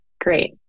great